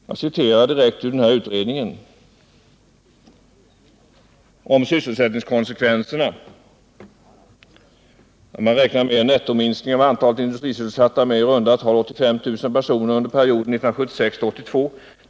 Jag kan citera ur industriverkets nyligen utkomna skrift Industriutvecklingen i Sverige, där det talas om ”en nettominskning av antalet industrisysselsatta med i runda tal 85000 personer under perioden 1976-1982.